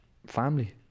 Family